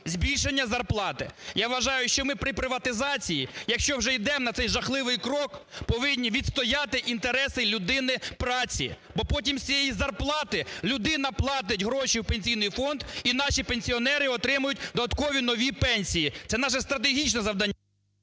збільшення зарплати. Я вважаю, що ми при приватизації, якщо вже йдемо на цей жахливий крок, повинні відстояти інтереси людини праці. Бо потім з цієї зарплати людина платить гроші в Пенсійний фонд, і наші пенсіонери отримують додаткові нові пенсії. Це наше стратегічне завдання.